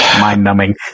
mind-numbing